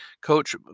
coach